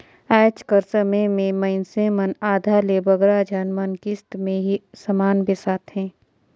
आएज कर समे में मइनसे मन आधा ले बगरा झन मन किस्त में ही समान बेसाथें